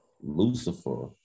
Lucifer